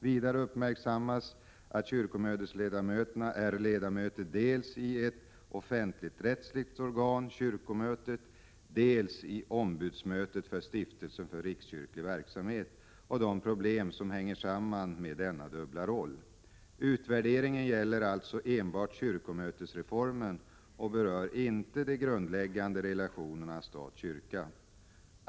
Vidare uppmärksammas att kyrkomötesledamöterna är ledamöter dels i ett offentligrättsligt organ — kyrkomötet — dels i ombudsmötet för Stiftelsen för rikskyrklig verksamhet och de problem som hänger samman med denna dubbla roll. Utvärderingen gäller alltså enbart kyrkomötesreformen och berör inte de grundläggande relationerna statkyrka.